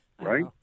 right